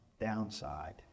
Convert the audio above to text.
downside